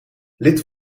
lid